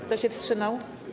Kto się wstrzymał?